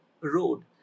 road